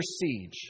siege